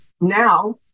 now